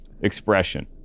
expression